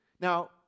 Now